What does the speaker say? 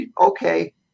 okay